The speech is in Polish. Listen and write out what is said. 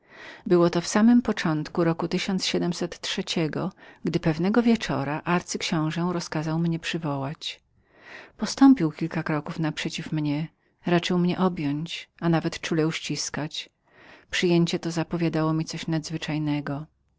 było to w samym początku r gdy pewnego wieczora arcyksiąże rozkazał mnie przywołać postąpił kilka kroków naprzeciw mnie raczył mnie objąć a nawet czule uścisnąć przyjęcie to zapowiadało mi coś nadzwyczajnego